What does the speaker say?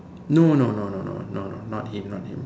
no no no no no no no not him not him